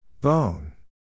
Bone